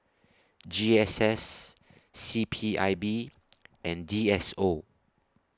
G S S C P I B and D S O